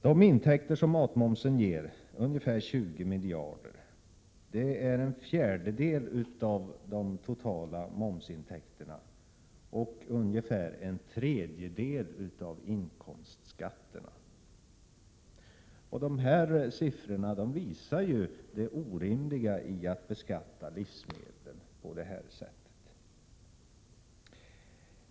De intäkter som matmomsen ger till statskassan, ungefär 20 miljarder kronor, är en fjärdedel av de totala momsintäkerna och ungefär en tredjedel av inkomstskatterna. Dessa siffror visar det orimliga i att beskatta livsmedel på det här sättet.